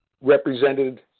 represented